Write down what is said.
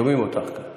שומעים אותך כאן.